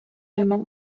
allemand